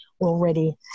already